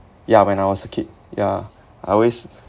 ya when I was a kid yeah I always